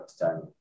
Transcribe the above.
time